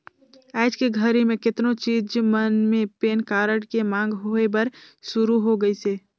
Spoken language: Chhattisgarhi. आयज के घरी मे केतनो चीच मन मे पेन कारड के मांग होय बर सुरू हो गइसे